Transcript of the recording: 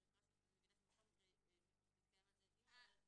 אני מבינה שבכל מקרה יתקיים על זה דיון.